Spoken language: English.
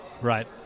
Right